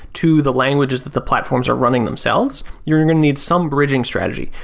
to the languages that the platforms are running themselves. you're going to need some bridging strategy,